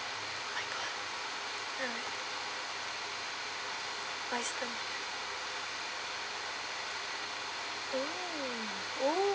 bicycle !woo!